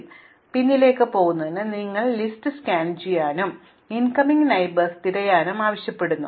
കാരണം പിന്നിലേക്ക് പോകുന്നതിന് നിങ്ങൾ ഈ ലിസ്റ്റ് സ്കാൻ ചെയ്യാനും ഇൻകമിംഗ് അയൽക്കാരെയെല്ലാം തിരയാനും ആവശ്യപ്പെടുന്നു